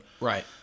Right